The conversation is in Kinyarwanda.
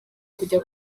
kujya